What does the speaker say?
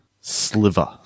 Sliver